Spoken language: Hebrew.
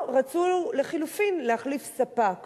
או רצו לחלופין להחליף ספק.